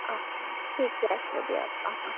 অ ঠিকে আছে দিয়ক অ অ